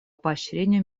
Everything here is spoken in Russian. поощрению